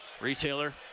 retailer